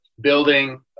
building